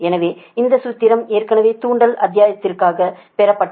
எனவே இந்த சூத்திரம் ஏற்கனவே தூண்டல் அத்தியாயத்திற்காக பெறப்பட்டது